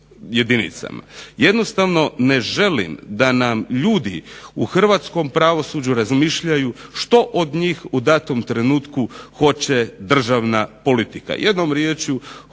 Jednostavno ne želim da nam ljudi u hrvatskom pravosuđu razmišljaju što od njih u datom trenutku hoće državna politika. Jednom riječju